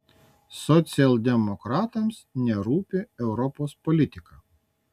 socialdemokratams nerūpi europos politika